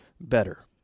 better